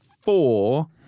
four